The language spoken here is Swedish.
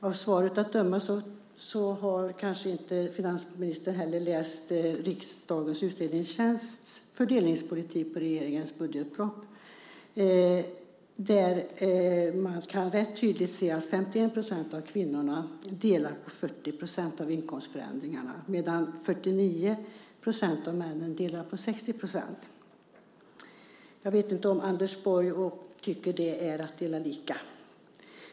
Av svaret att döma har finansministern kanske inte heller läst riksdagens utredningstjänsts fördelningsanalys av regeringens budgetproposition. Där kan man rätt tydligt se att 51 % av kvinnorna delar på 40 % av inkomstökningarna, medan 49 % av männen delar på 60 %. Jag vet inte om Anders Borg tycker att detta är att dela lika.